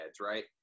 right